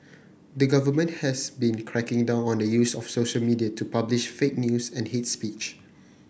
the government has been cracking down on the use of social media to publish fake news and hate speech